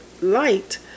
light